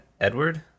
Edward